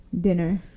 dinner